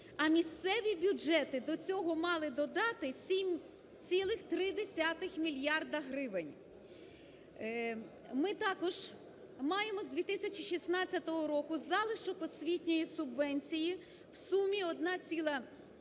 а місцеві бюджети до цього мали додати 7,3 мільярда гривень. Ми також маємо з 2016 року залишок освітньої субвенції в сумі 1,25